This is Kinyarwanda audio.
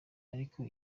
ariko